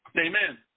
Amen